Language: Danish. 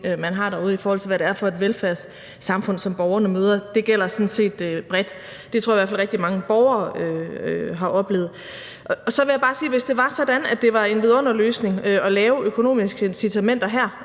man har derude, i forhold til hvad det er for et velfærdssamfund, borgerne møder. Det gælder sådan set bredt. Det tror jeg i hvert fald rigtig mange borgere har oplevet. Dernæst vil jeg bare sige, at hvis det var sådan, at det var et vidunderløsning at lave økonomiske incitamenter her,